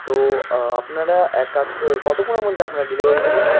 তো আপনারা এক কাজ কতক্ষণের মধ্যে আপনারা ডেলিভারি দিবেন